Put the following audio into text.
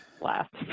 last